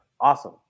Awesome